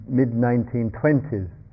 mid-1920s